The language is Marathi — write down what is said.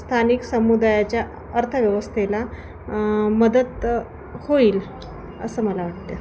स्थानिक समुदायाच्या अर्थव्यवस्थेला मदत होईल असं मला वाटतं